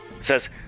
says